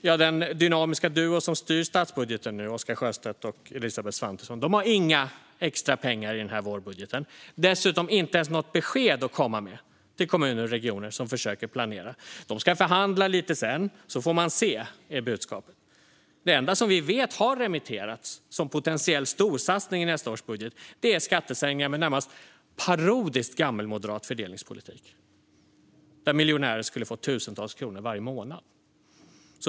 Ja, den dynamiska duo som styr statsbudgeten nu - Oscar Sjöstedt och Elisabeth Svantesson - har inga extra pengar i den här vårbudgeten. De har heller inget besked att komma med till kommuner och regioner som försöker planera. De ska förhandla lite sedan, och så får man se. Det är budskapet. Det enda som vi vet har remitterats, som potentiell storsatsning i nästa års budget, är skattesänkningar med en närmast parodiskt gammelmoderat fördelningsprofil, där miljonärer skulle få tusentals kronor varje månad.